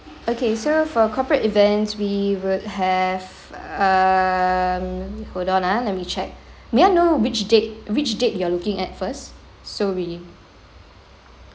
okay so for corporate events we would have um hold on ah let me check may I know which date which date you are looking at first so we